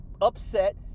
upset